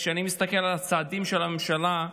כשאני מסתכל על הצעדים של הממשלה,